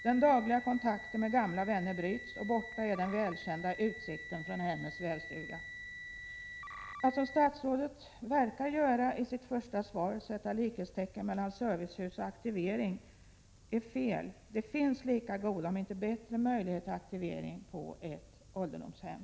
Den dagliga kontakten med gamla vänner bryts, och borta är den välkända utsikten från hemmets vävstuga. Att, som statsrådet verkar göra i sitt första svar, sätta likhetstecken mellan servicehus och aktivering är fel. Prot. 1986/87:27 = Det finns lika goda om inte bättre möjligheter till aktivering på ålder 17 november 1986 domshem.